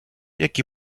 який